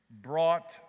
brought